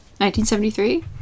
1973